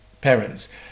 parents